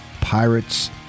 Pirates